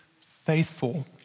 faithful